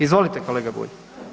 Izvolite kolega Bulj.